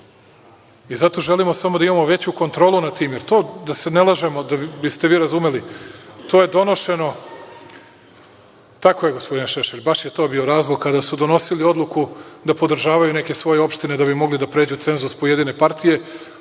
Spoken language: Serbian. želimo samo da imamo veću kontrolu nad time. Jer, to, da se ne lažemo, da biste vi razumeli, to je donošeno… Tako je, gospodine Šešelj, baš je to bio razlog, kada su donosili odluku da podržavaju neke svoje opštine da bi mogli da pređu cenzus pojedine partije,